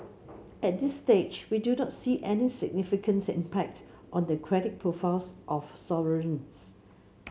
at this stage we do not see any significant impact on the credit profiles of sovereigns